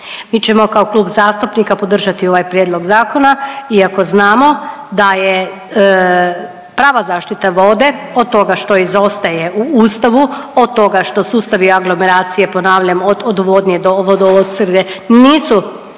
Mi ćemo kao Klub zastupnika podržati ovaj prijedloga zakona, iako znamo da je prava zaštita vode od toga što izostaje u Ustavu, od toga što sustavi aglomeracije ponavljamo od odvodnje do vodoopskrbe nisu